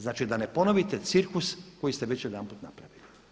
Znači da ne ponovite cirkus koji ste već jedanput napravili.